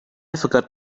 forgot